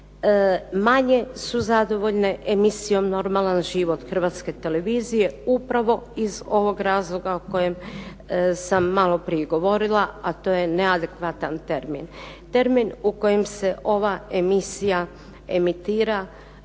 Manje su zadovoljne emisijom "Normalan život" Hrvatske televizije upravo iz ovog razloga o kojem sam maloprije govorila, a to je neadekvatan termin. Termin u kojem se ova emisija emitira